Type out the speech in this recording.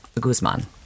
Guzman